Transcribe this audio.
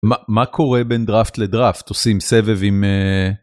מה קורה בין דראפט לדראפט? עושים סבב עם...